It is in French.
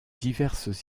diverses